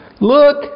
Look